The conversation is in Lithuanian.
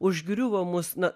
užgriuvo mus na